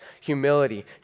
humility